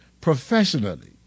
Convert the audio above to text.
professionally